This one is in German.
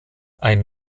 ein